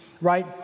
right